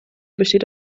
besteht